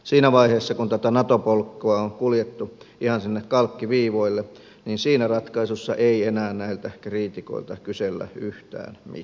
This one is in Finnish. siinä vaiheessa kun tätä nato polkua on kuljettu ihan sinne kalkkiviivoille siinä ratkaisussa ei enää näiltä kriitikoilta kysellä yhtään mitään